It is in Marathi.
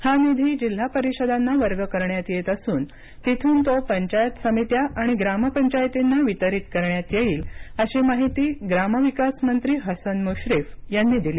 हा निधी जिल्हा परिषदांना वर्ग करण्यात येत असून तेथून तो पंचायत समित्या आणि ग्रामपंचायतींना वितरित करण्यात येईल अशी माहिती ग्रामविकास मंत्री हसन मुश्रीफ यांनी दिली